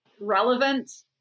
relevant